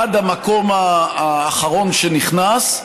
עד המקום האחרון שנכנס,